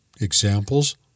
examples